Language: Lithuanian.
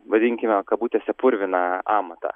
vadinkime kabutėse purviną amatą